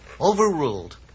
Overruled